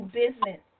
business